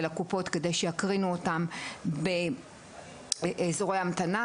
ולקופות כדי שיקרינו אותם באזורי המתנה,